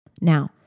Now